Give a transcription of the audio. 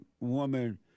woman